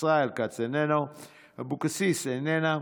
ישראל כץ, איננו, אבקסיס, איננה,